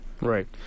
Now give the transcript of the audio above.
Right